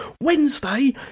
Wednesday